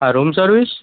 હા room service